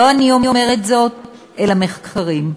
לא אני אומרת זאת אלא מחקרים.